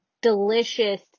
delicious